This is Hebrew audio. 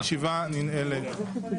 הישיבה ננעלת.